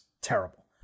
Terrible